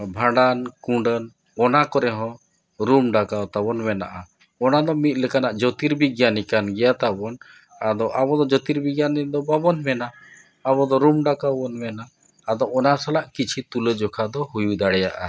ᱵᱷᱟᱸᱰᱟᱱ ᱠᱩᱰᱟᱹᱱ ᱚᱱᱟ ᱠᱚᱨᱮᱜ ᱦᱚᱸ ᱨᱩᱢ ᱰᱟᱠᱟᱣ ᱛᱟᱵᱚᱱ ᱢᱮᱱᱟᱜᱼᱟ ᱚᱱᱟᱫᱚ ᱢᱤᱫ ᱞᱮᱠᱟᱱᱟᱜ ᱡᱳᱛᱤᱨ ᱵᱤᱜᱽᱜᱟᱱᱤ ᱛᱟᱵᱚᱱ ᱟᱫᱚ ᱟᱵᱚ ᱫᱚ ᱡᱳᱛᱤᱨ ᱵᱤᱜᱽᱜᱟᱱᱤ ᱫᱚ ᱵᱟᱵᱚᱱ ᱢᱮᱱᱟ ᱟᱵᱚ ᱫᱚ ᱨᱩᱢ ᱰᱟᱠᱟᱣ ᱵᱚᱱ ᱢᱮᱱᱟ ᱟᱫᱚ ᱚᱱᱟ ᱥᱟᱞᱟᱜ ᱠᱤᱪᱷᱤ ᱛᱩᱞᱟᱹ ᱡᱚᱠᱷᱟ ᱫᱚ ᱦᱩᱭ ᱫᱟᱲᱮᱭᱟᱜᱼᱟ